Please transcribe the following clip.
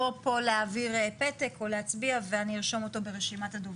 או פה להעביר פתק או להצביע ואני ארשום אותו ברשימת הדוברים.